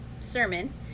sermon